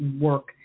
work